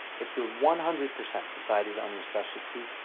if you're one hundred percent decided on your specialty,